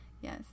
yes